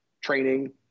training